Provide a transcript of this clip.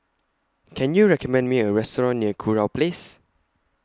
Can YOU recommend Me A Restaurant near Kurau Place